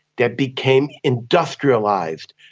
that became industrialised,